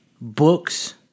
books